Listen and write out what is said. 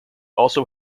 also